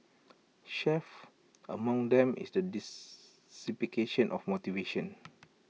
chief among them is the dissipation of motivation